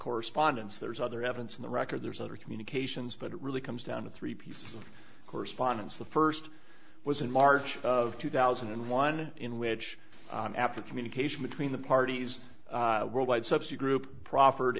correspondence there's other evidence in the record there's other communications but it really comes down to three pieces of correspondence the first was in march of two thousand and one in which after communication between the parties worldwide subsidy group proffered